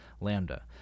Lambda